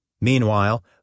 Meanwhile